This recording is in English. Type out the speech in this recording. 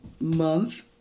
month